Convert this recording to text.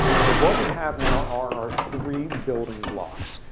so what we have now are three building blocks.